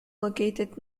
located